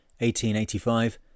1885